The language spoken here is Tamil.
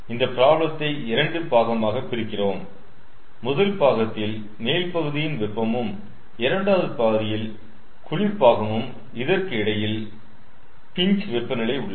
இந்த ப்ராப்ளத்தை இரண்டு பாகமாக பிரிக்கிறோம் முதல் பாகத்தில் மேல் பகுதியின் வெப்பமும் இரண்டாவது பாகத்தில் குளிர் பாகமும் இதற்கு இடையில் பின்ச் வெப்பநிலை உள்ளது